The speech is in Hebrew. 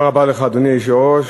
אדוני היושב-ראש,